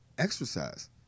exercise